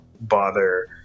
bother